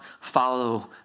follow